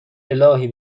االهی